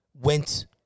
went